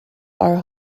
are